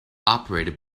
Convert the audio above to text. operated